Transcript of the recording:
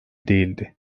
değildi